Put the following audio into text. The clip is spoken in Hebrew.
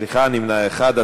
סליחה, יש נמנע אחד.